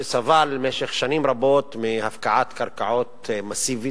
שסבל שנים רבות מהפקעת קרקעות מסיבית.